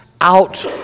Out